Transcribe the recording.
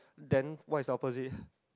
then what's the opposite